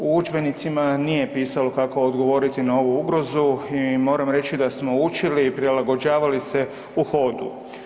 U udžbenicima nije pisalo kako odgovoriti na ovu ugrozu i moram reći da smo učili i prilagođavali se u hodu.